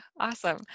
awesome